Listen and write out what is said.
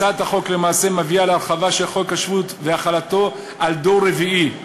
הצעת החוק למעשה מביאה להרחבה של חוק השבות והחלתו על דור רביעי,